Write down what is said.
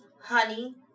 Honey